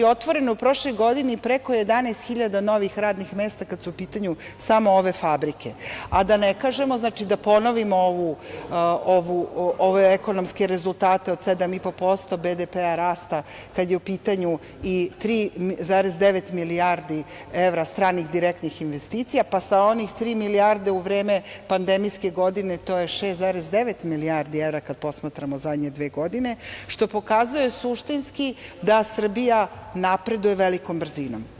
Otvoreno je u prošloj godini preko 11.000 novih radnih mesta kad su u pitanju samo ove fabrike, a da ne kažemo, znači, da ponovimo ove ekonomske rezultate od 7,5% BDP rasta, kada je u pitanju i 3,9 milijardi evra stranih direktnih investicija pa sa onih tri milijarde u vreme pandemijske godine, to je 6,9 milijardi evra, kad posmatramo zadnje dve godine, što pokazuje suštinski da Srbija napreduje velikom brzinom.